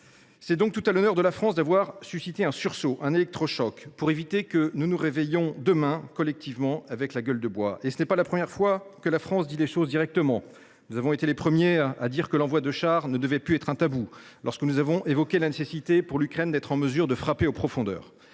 est tout à l’honneur de la France que d’avoir suscité un sursaut, un électrochoc, nous évitant de nous réveiller demain, collectivement, avec la gueule de bois. Ce n’est pas la première fois, du reste, que la France dit les choses directement : nous avons été les premiers à affirmer que l’envoi de chars ne devait plus être un tabou ou à évoquer la nécessité pour l’Ukraine d’être en mesure de frapper en profondeur.